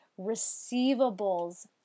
receivables